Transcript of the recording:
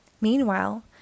Meanwhile